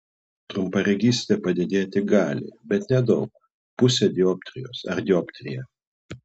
trumparegystė padidėti gali bet nedaug pusę dioptrijos ar dioptriją